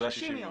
אלה ה-60 ימים.